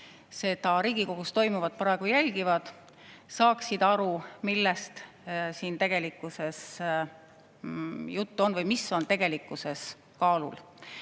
kes Riigikogus toimuvat praegu jälgivad, saaksid aru, millest siin tegelikkuses jutt on või mis on tegelikkuses kaalul.